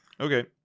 Okay